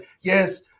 yes